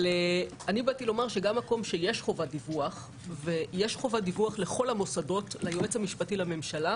אבל אני באתי לומר שיש חובת דיווח לכל המוסדות ליועץ המשפטי לממשלה,